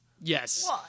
Yes